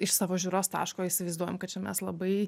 iš savo žiūros taško įsivaizduojam kad čia mes labai